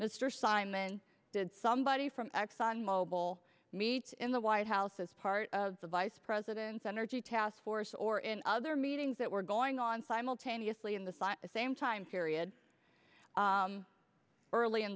mr simon did somebody from exxon mobil meet in the white house as part of the vice president's energy task force or in other meetings that were going on simultaneously in the same same time period early in